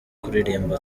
kuririmba